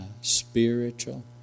spiritual